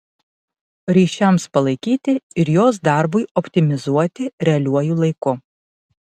ryšiams palaikyti ir jos darbui optimizuoti realiuoju laiku